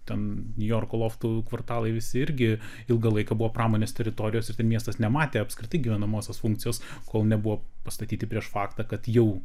ten niujorko loftų kvartalai visi irgi ilgą laiką buvo pramonės teritorijos ir ten miestas nematė apskritai gyvenamosios funkcijos kol nebuvo pastatyti prieš faktą kad jau